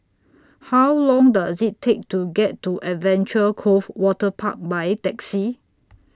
How Long Does IT Take to get to Adventure Cove Waterpark By Taxi